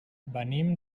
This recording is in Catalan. venim